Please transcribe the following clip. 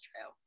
true